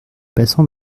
passants